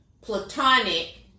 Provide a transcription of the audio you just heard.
platonic